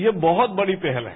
यह बहत बड़ी पहल है